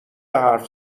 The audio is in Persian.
حرف